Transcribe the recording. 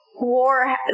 war